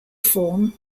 form